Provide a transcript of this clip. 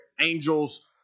angels